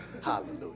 Hallelujah